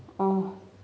oh